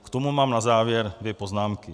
K tomu mám na závěr dvě poznámky.